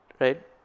Right